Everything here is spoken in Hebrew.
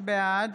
בעד